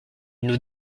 nous